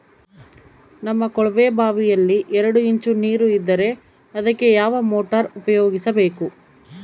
ನಮ್ಮ ಕೊಳವೆಬಾವಿಯಲ್ಲಿ ಎರಡು ಇಂಚು ನೇರು ಇದ್ದರೆ ಅದಕ್ಕೆ ಯಾವ ಮೋಟಾರ್ ಉಪಯೋಗಿಸಬೇಕು?